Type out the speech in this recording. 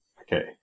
okay